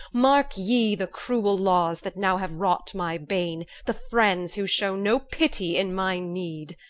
mark ye the cruel laws that now have wrought my bane, the friends who show no pity in my need!